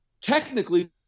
technically